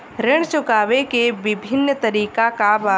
ऋण चुकावे के विभिन्न तरीका का बा?